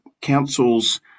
councils